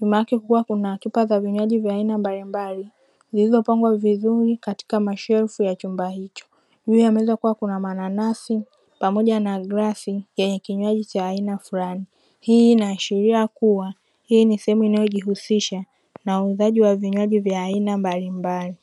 nyuma yake kukiwa kuna chupa za vinywaji vya aina mbalimbali zilizopangwa vizuri katika shelfu za chumba hicho, juu ya meza kuna mananasi pamoja na bilauli yenye kinywaji cha aina fulani, hii inaashiria kuwa hii ni sehemu inayojihusisha na uuzaji wa vinywaji vya aina mbalimbali.